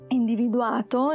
individuato